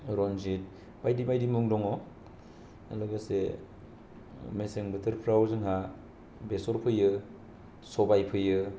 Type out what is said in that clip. रनजिद बायदि बायदि मुं दङ लोगोसे मेसें बोथोरफ्राव जोंहा बेसर फोयो सबाय फोयो